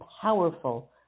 powerful